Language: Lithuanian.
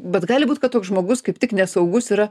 bet gali būt kad toks žmogus kaip tik nesaugus yra